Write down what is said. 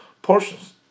portions